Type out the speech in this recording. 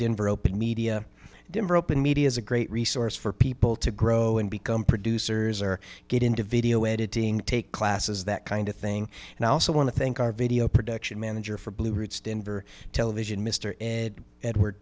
denver open media dinner open media is a great resource for people to grow and become producers or get into video editing take classes that kind of thing and i also want to thank our video production manager for blue routes denver television mr ed edward